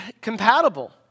compatible